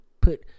put